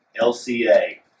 LCA